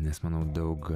nes manau daug